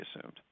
assumed